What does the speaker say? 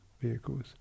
vehicles